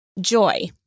Joy